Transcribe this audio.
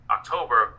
October